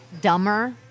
dumber